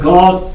God